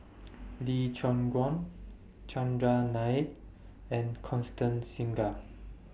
Lee Choon Guan Chandran Nair and Constance Singam